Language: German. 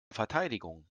verteidigung